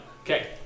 okay